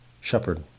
shepherd